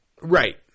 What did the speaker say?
Right